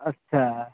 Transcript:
अच्छा